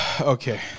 Okay